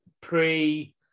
pre